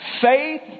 Faith